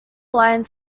line